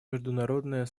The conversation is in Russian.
международное